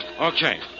Okay